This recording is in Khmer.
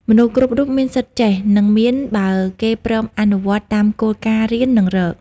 មនុស្សគ្រប់រូបមានសិទ្ធិចេះ និងមាន បើគេព្រមអនុវត្តតាមគោលការណ៍រៀន និងរក។